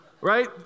right